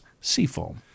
seafoam